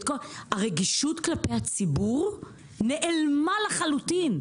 הרגישות כלפי הציבור נעלמה לחלוטין.